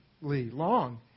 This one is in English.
long